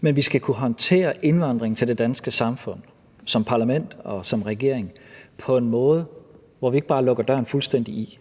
Men vi skal kunne håndtere indvandringen til det danske samfund som parlament og som regering på en måde, hvor vi ikke bare lukker døren fuldstændig i.